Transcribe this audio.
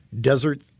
desert